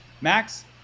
Max